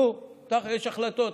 נו, יש החלטות.